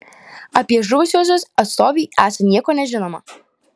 apie žuvusiuosius atstovei esą nieko nežinoma